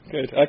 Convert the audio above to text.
Good